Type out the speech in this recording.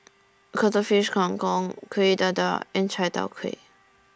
Cuttlefish Kang Kong Kuih Dadar and Chai Tow Kuay